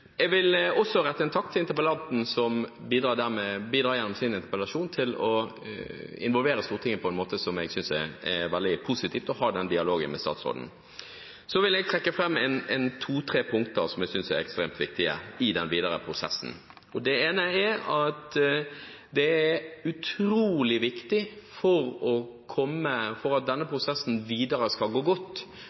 Jeg vil også rette en takk til interpellanten som gjennom sin interpellasjon bidrar til å involvere Stortinget på en måte som jeg syns er veldig positiv, at vi kan ha denne dialogen med statsråden. Jeg vil trekke frem to–tre punkter som jeg syns er ekstremt viktige i den videre prosessen. Det ene er at det er utrolig viktig for at denne prosessen videre skal gå godt,